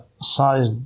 size